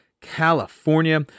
California